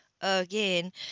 again